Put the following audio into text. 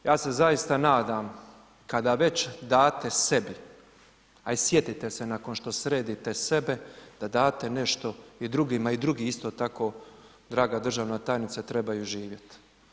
Ja se zaista nadam, kada već date sebi, a i sjetite se, nakon što sredite sebe, da date nešto i drugima, i drugi isto tako draga državna tajnice trebaju živjeti.